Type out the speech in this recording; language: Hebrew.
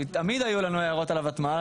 תמיד היו לנו הערות על הוותמ"ל,